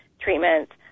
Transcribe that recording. treatment